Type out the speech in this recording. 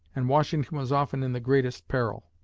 and washington was often in the greatest peril.